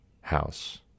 house